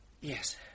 Yes